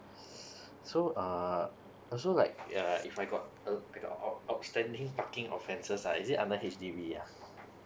so uh so like yeah if I got uh I got ou~ outstanding parking offences uh is it under H_D_B ah